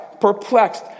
perplexed